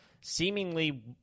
seemingly